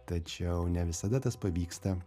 tačiau ne visada tas pavyksta